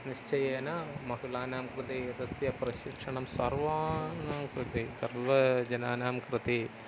निश्चयेन महिलानां कृते एतस्य प्रशिक्षणं सर्वेषां कृते सर्वजनानां कृते